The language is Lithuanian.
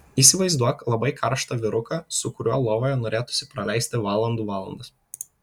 įsivaizduok labai karštą vyruką su kuriuo lovoje norėtųsi praleisti valandų valandas